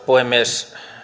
puhemies